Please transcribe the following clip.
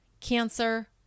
Cancer